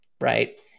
right